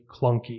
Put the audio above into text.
clunky